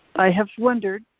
i have wondered,